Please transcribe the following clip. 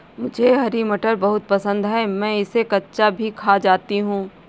मुझे हरी मटर बहुत पसंद है मैं इसे कच्चा भी खा जाती हूं